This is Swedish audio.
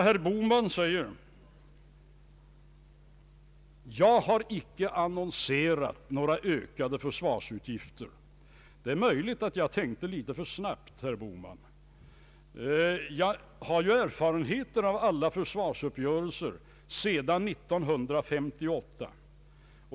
Herr Bohman säger att han inte har annonserat några ökade försvarsutgifter. Det är möjligt att jag tänkte litet för snabbt, herr Bohman. Jag har ju erfarenheter av alla försvarsuppgörelser sedan 1958.